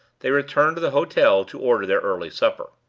they returned to the hotel to order their early supper.